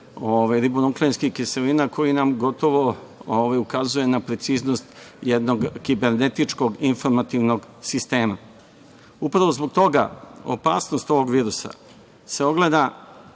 ribonukleinskih kiselina koje nam gotovo ukazuje na preciznost jednog kibernetičkog informativnog sistema. Upravo zbog toga opasnost ovog virusa se ogleda,